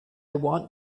want